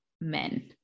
men